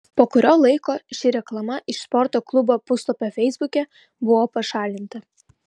po kurio laiko ši reklama iš sporto klubo puslapio feisbuke buvo pašalinta